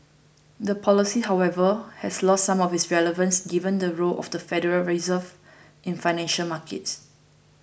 the policy however has lost some of its relevance given the role of the Federal Reserve in financial markets